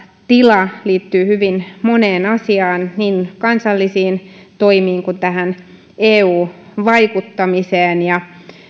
tila liittyy hyvin moneen asiaan niin kansallisiin toimiin kuin tähän eu vaikuttamiseen ja